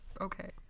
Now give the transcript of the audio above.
okay